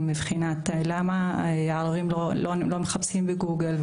מבחינת השאלות: מדוע הערבים לא מחפשים בגוגל,